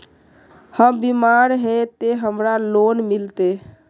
हम बीमार है ते हमरा लोन मिलते?